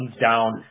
down